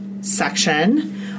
section